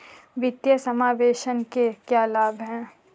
वित्तीय समावेशन के क्या लाभ हैं?